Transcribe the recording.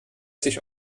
sich